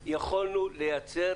יכולנו לייצר